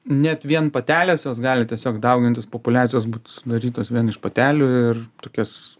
net vien patelės jos gali tiesiog daugintis populiacijos būtų sudarytos vien iš patelių ir tokias